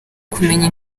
kumenya